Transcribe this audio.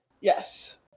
Yes